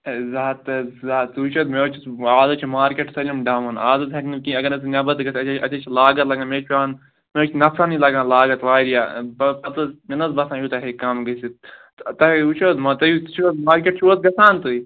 ہے زٕ ہتھ حظ زٕ ہتھ ژٕ وُچھ حظ مےٚ حظ چھُس آز حظ چھُ مارکیٚٹ سٲلِم ڈَوُن آز حظ ہیٚکہٕ نہٕ کِہیٖنۍ اگر حظ ژٕ نیٚبر تہِ گَژھہِ اَتہِ حظ چھِ اَتہِ حظ چھِ لاگتھ لگان مےٚ حظ چھِ پیٚوان مےٚ حظ چھِ نفرنٕے لَگان لاگتھ وارِیاہ پتہٕ حظ مےٚ نَہ حظ باسان یوٗتاہ ہیٚکہٕ کَم گٔژھِتھ تۄہہِ وُچھ حظ ما تُہۍ مارکیٚٹ چھُو حظ گَژھان تُہۍ